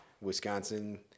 Wisconsin-